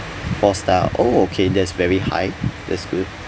four star oh okay that's very high that's good